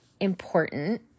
important